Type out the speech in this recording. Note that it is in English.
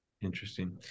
Interesting